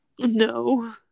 no